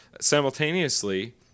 simultaneously